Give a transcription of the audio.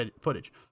footage